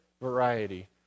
variety